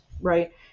Right